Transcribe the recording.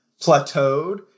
plateaued